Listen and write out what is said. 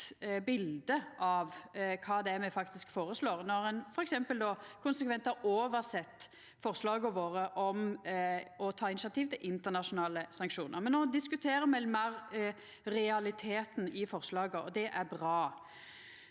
rett bilde av kva me faktisk føreslår, når ein f.eks. konsekvent har oversett forslaga våre om å ta initiativ til internasjonale sanksjonar. No diskuterer me meir realiteten i forslaga, og det er bra.